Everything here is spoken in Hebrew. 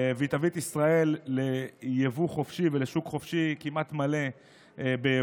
והיא תביא את ישראל ליבוא חופשי ולשוק חופשי כמעט מלא ביבוא.